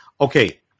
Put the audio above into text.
Okay